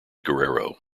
guerrero